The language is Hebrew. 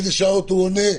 באיזה שעות הוא עונה.